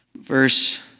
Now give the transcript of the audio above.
verse